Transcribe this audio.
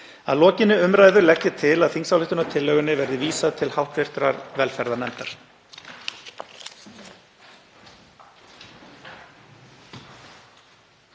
Að lokinni umræðu legg ég til að þingsályktunartillögunni verði vísað til hv. velferðarnefndar.